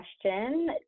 question